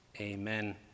Amen